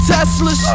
Teslas